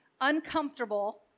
uncomfortable